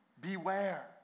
Beware